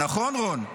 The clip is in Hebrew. -- נכון, רון?